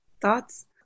thoughts